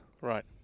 Right